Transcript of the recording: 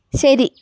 ശരി